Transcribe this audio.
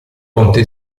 conte